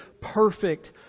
perfect